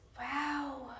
Wow